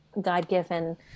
God-given